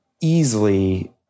easily